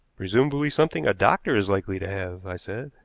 presumably something a doctor is likely to have, i said.